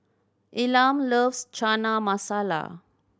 Elam loves Chana Masala